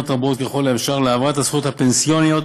רבות ככל האפשר להעברת הזכויות הפנסיוניות